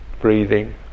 breathing